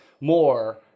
more